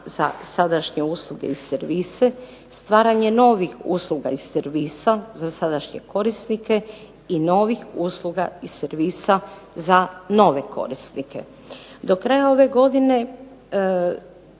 za sadašnje usluge i servise, stvaranje novih usluga i servisa za sadašnje korisnike i novih usluga i servisa za nove korisnike. Do kraja ove godine,